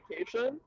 Education